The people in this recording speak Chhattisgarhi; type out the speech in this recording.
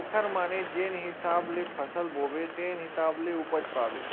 ओखर माने जेन हिसाब ले फसल बोबे तेन हिसाब ले उपज पाबे